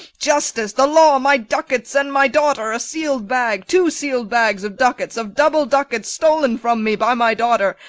justice! the law! my ducats and my daughter! a sealed bag, two sealed bags of ducats, of double ducats, stol'n from me by my daughter!